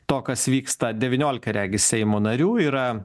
to kas vyksta devyniolika regis seimo narių yra